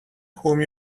whom